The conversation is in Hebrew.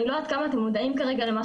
אני לא יודעת כמה אתם מודעים כרגע למה